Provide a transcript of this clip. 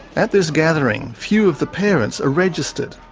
at this gathering, few of the parents are registered.